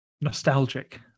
nostalgic